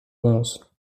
onze